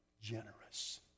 generous